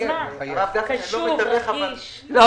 פניתי גם